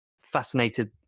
fascinated